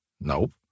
Nope